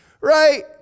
right